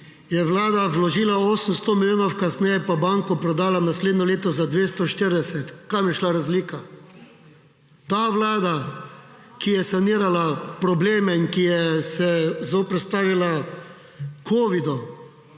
Je vlada vložila 800 milijonov, kasneje pa banko prodala naslednje leto za 240. Kam je šla razlika? Ta vlada, ki je sanirala probleme in ki je se zoperstavila Covidu,